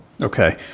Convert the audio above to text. okay